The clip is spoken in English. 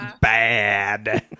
bad